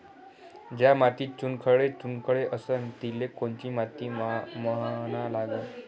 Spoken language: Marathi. ज्या मातीत चुनखडे चुनखडे असन तिले कोनची माती म्हना लागन?